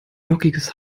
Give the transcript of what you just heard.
lockiges